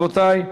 רבותי,